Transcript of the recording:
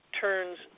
turns